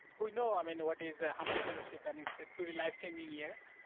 we know i mean know what is a humphrey fellowship and it's a truly life-changing year.